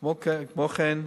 כמו כן,